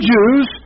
Jews